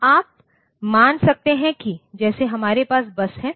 तो आप मान सकते हैं कि जैसे हमारे पास बस है